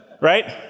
right